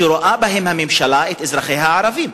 שרואה בהם, הממשלה, את אזרחיה הערבים.